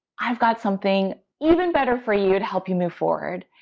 i've got something even better for you to help you move forward,